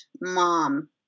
mom